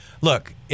Look